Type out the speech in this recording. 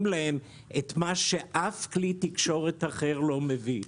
להם את מה שאף כלי תקשורת אחר לא מביא.